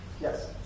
Yes